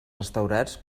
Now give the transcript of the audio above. restaurats